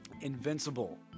Invincible